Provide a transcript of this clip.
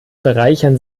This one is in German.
bereichern